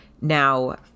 Now